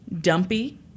dumpy